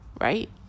right